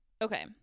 Okay